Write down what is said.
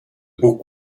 book